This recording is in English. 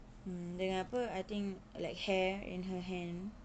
mm dengan apa I think like hair in her hand